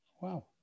Wow